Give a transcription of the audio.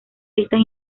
listas